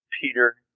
Peter